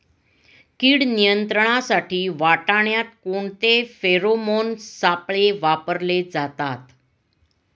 कीड नियंत्रणासाठी वाटाण्यात कोणते फेरोमोन सापळे वापरले जातात?